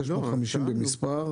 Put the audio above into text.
יש לנו 50 במספר.